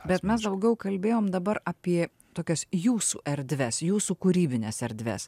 bet mes daugiau kalbėjom dabar apie tokias jūsų erdves jūsų kūrybines erdves